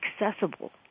accessible